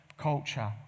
culture